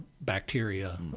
bacteria